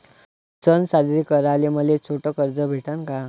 सन साजरे कराले मले छोट कर्ज भेटन का?